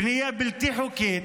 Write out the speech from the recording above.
"בנייה בלתי חוקית"